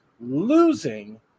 losing